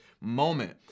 moment